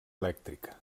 elèctrica